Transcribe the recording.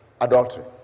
adultery